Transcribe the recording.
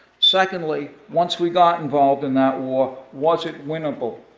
secondly, once we got involved in that war, was it winnable?